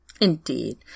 Indeed